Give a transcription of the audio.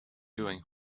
doing